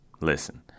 listen